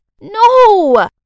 No